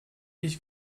ich